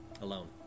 alone